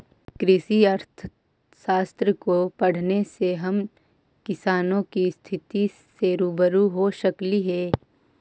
कृषि अर्थशास्त्र को पढ़ने से हम किसानों की स्थिति से रूबरू हो सकली हे